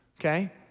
okay